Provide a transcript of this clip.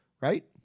Right